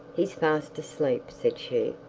he's fast asleep said she,